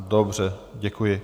Dobře, děkuji.